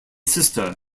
sister